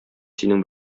синең